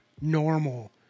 normal